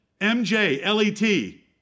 M-J-L-E-T